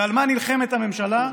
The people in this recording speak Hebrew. ועל מה נלחמת הממשלה?